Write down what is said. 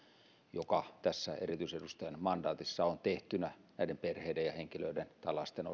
joka tässä erityisedustajan mandaatissa on tehtynä näiden perheiden ja henkilöiden tai lasten